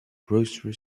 grocery